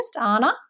Anna